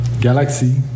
Galaxy